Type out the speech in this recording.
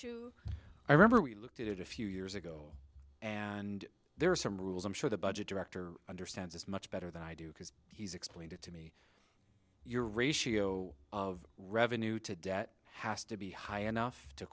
to i remember we looked at it a few years ago and there are some rules i'm sure the budget director understands as much better than i do because he's explained it to me your ratio of revenue to debt has to be high enough to